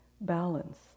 balance